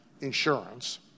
insurance